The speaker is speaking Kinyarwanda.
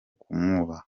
kumwubaha